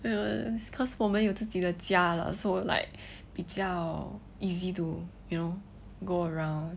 err it's cause 我们有自己的家了 so like 比较 easy to you know go around